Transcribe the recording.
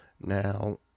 Now